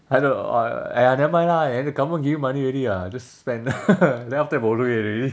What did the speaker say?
!huh! no no !aiya! nevermind lah the government giving money already [what] just spend then after that bo lui already